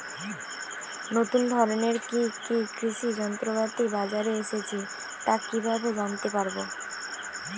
নতুন ধরনের কি কি কৃষি যন্ত্রপাতি বাজারে এসেছে তা কিভাবে জানতেপারব?